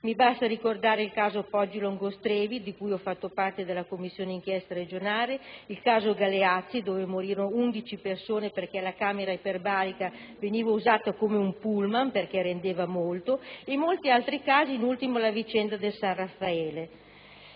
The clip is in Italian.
mi basta ricordare il caso Poggi Longostrevi (ho anche fatto parte della commissione d'inchiesta regionale ad esso dedicata) il caso Galeazzi, in cui morirono 11 persone perché la camera iperbarica veniva usata come un pullman, perché rendeva molto, e molti altri casi, di cui l'ultimo è la vicenda del San Raffaele.